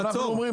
אנחנו אומרים.